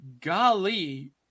golly